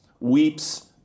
weeps